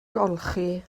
olchi